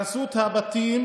הרסו את הבתים,